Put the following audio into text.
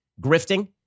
grifting